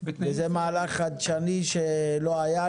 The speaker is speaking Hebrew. וזה מהלך חדשני שלא היה,